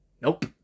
Nope